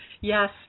yes